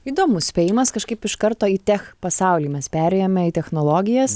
įdomus spėjimas kažkaip iš karto į tech pasaulį mes perėjome į technologijas